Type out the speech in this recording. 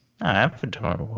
Avatar